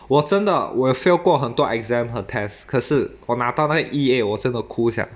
我真的我有 fail 过很多 exam 和 test 可是我拿到那个 E eight 我真的哭 sia